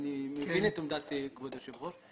אני מבין את עמדת כבוד היושב ראש.